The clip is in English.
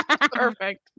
Perfect